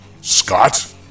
scott